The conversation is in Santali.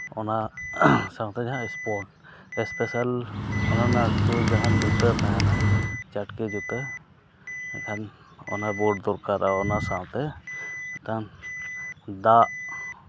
ᱚᱱᱟ ᱥᱟᱶᱛᱮ ᱡᱟᱦᱟᱸ ᱤᱥᱯᱳᱨᱴ ᱮᱥᱯᱮᱥᱟᱞ ᱚᱱᱟ ᱨᱮᱱᱟᱜ ᱥᱩ ᱡᱟᱦᱟᱸ ᱡᱩᱛᱟᱹ ᱛᱟᱦᱮᱱᱟ ᱪᱟᱹᱴᱠᱤ ᱡᱩᱛᱟᱹ ᱮᱱᱠᱷᱟᱱ ᱚᱱᱟ ᱵᱩᱴ ᱫᱚᱨᱠᱟᱨᱚᱜᱼᱟ ᱚᱱᱟ ᱥᱟᱶᱛᱮ ᱛᱟᱭᱚᱢ ᱫᱟᱜ